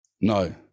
No